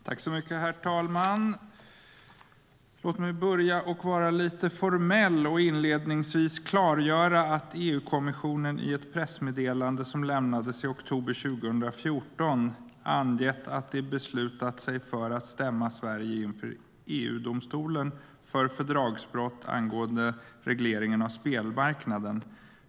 Herr talman! Låt mig börja med att vara lite formell och inledningsvis klargöra att EU-kommissionen i ett pressmeddelande som lämnades i oktober 2014 angett att den beslutat sig för att stämma Sverige inför EU-domstolen för fördragsbrott angående regleringen av spelmarknaden.